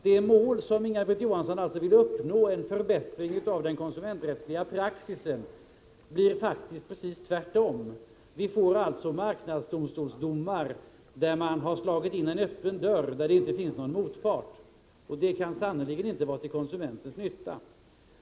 Det mål som Inga-Britt Johansson säger sig vilja uppnå är en förbättring av den konsumenträttsliga praxisen, men det blir faktiskt precis tvärtom. Vi får marknadsdomstolsdomar där man har slagit in en öppen dörr, där det inte finns någon motpart. Det kan sannerligen inte vara konsumenterna till nytta.